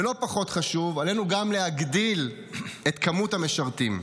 ולא פחות חשוב, עלינו גם להגדיל את כמות המשרתים.